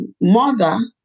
mother